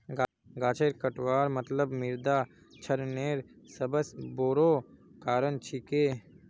गाछेर कटवार मतलब मृदा क्षरनेर सबस बोरो कारण छिके